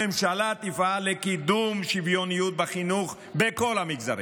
הממשלה תפעל לקידום שוויוניות בחינוך בכל המגזרים.